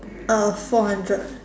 uh four hundred